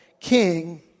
king